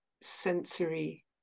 sensory